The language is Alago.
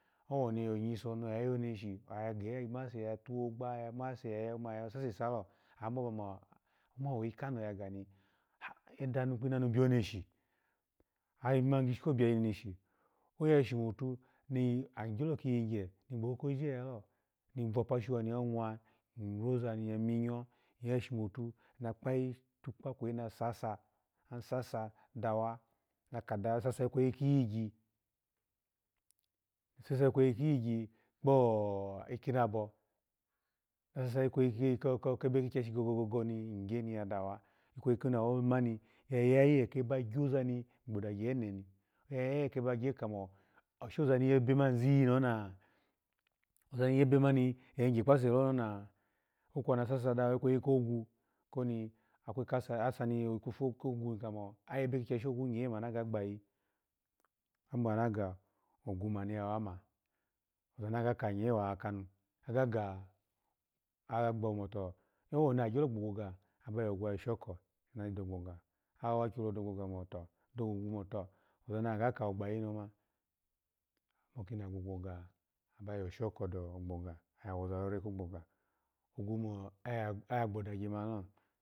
Owo ni oyiso oya yoneshi ogeya mase ya towo gbogba, mase ya yo ma sa sesalo abamo omani woyi kanaho ya gani adanu kpinanu biyo neshi, ayi mani gishi ko biy, neneshi, oya shomotu ni ami gyo kiyigye ni gboko kojije ya yalo ni vapashi wa, wamwen inroza ni ya minyo oya shomotu na kpayi takpa kweyi na sasa an sasa dawa an kadawa, sasa ikweyi kiyigyi kpo ikinabo, sasa ikweyi kebe kigyashi gogogogo ni, in gye ni yadawa ikweyi koni awo mani oya yayi leke ba joza ni gbodagye ene ni, oya yayi leke ba gye kamo, ash oza ni yebe mani zi ni ona, oza ni yebe mani ya yigye kpase lo ni ona, kwokwa na sasa dawa kwegi kogwu koni akwe ka sasa kogwu ni kamo ayebu kipu kaggashi nye mo anaga gbayi, ama na ga ogwu mo anu yawama, oza na agaka nye wakanu, ahga ga agagbo mo to, owoni agyo gbogboga aba yo ogwu ya yashoko na dogboga, awa gyoloho gogboga, dogwu moto oza ni a gaka ogbagi ni yoma kini agbogboga abayo shoko dogboga awoza rore ko gboga ogwo mo oya gbo dugye manilo.